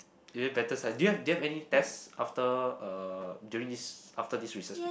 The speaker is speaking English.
do you better study do you have do you have any test after uh during this after this recess week